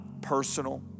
personal